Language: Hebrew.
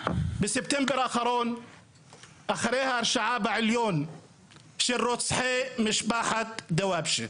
בספטמבר האחרון אחרי ההרשעה בעליון של רוצחי משפחת דוואבשה,